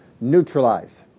neutralize